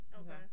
Okay